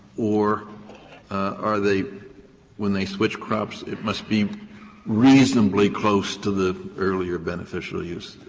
or are they when they switch crops it must be reasonably close to the earlier beneficial use?